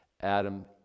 Adam